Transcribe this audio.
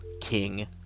King